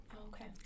Okay